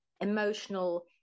emotional